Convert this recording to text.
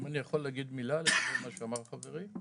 אני מבקש להגיד מילה לגבי מה שאמר חברי.